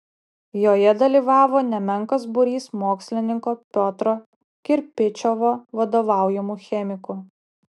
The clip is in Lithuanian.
joje dalyvavo nemenkas būrys mokslininko piotro kirpičiovo vadovaujamų chemikų